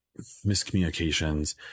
miscommunications